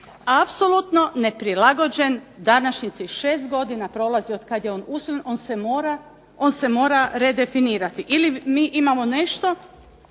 apsolutno neprilagođen, današnjici, šest godina prolazi od kada je on usvojen, on se mora redefinirati. Ili mi imamo nešto